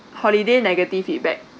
holiday negative feedback